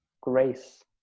grace